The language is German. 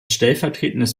stellvertretendes